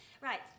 Right